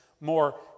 more